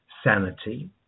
sanity